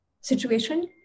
situation